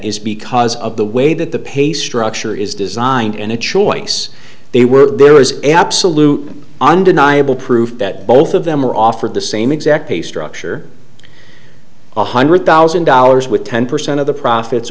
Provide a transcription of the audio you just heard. is because of the way that the pay structure is designed and the choice they were there was absolutely undeniable proof that both of them were offered the same exact pay structure one hundred thousand dollars with ten percent of the profits